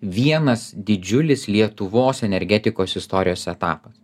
vienas didžiulis lietuvos energetikos istorijos etapas